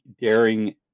daring